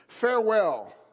farewell